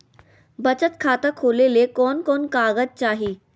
बचत खाता खोले ले कोन कोन कागज चाही?